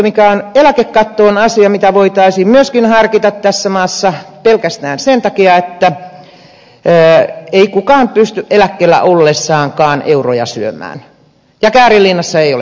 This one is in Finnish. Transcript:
eläkekatto on asia mitä voitaisiin myöskin harkita tässä maassa pelkästään sen takia että ei kukaan pysty eläkkeellä ollessaankaan euroja syömään ja käärinliinassa ei ole taskuja